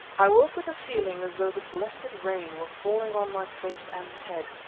i woke with a feeling as though the blessed rain were falling on my face and head.